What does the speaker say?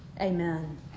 Amen